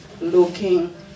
looking